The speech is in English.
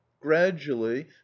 Gradually